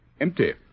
Empty